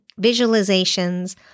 visualizations